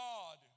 God